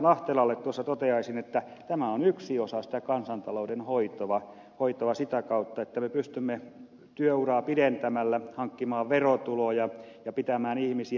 lahtelalle toteaisin että tämä on yksi osa sitä kansantalouden hoitoa sitä kautta että me pystymme työuraa pidentämällä hankkimaan verotuloja ja pitämään ihmisiä